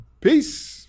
peace